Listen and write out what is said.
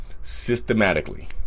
systematically